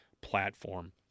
platform